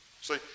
See